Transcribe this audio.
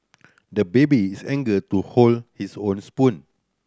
the baby is anger to hold his own spoon